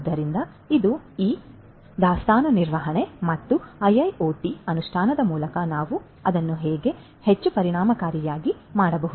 ಆದ್ದರಿಂದ ಇದು ಈ ದಾಸ್ತಾನು ನಿರ್ವಹಣೆ ಮತ್ತು ಐಐಒಟಿ ಅನುಷ್ಠಾನದ ಮೂಲಕ ನಾವು ಅದನ್ನು ಹೇಗೆ ಹೆಚ್ಚು ಪರಿಣಾಮಕಾರಿಯಾಗಿ ಮಾಡಬಹುದು